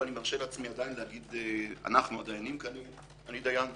ואני מרשה לעצמי עדין להגיד אנחנו הדיינים כי אני דיין,